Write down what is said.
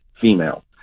female